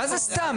מה זה סתם?